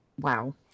wow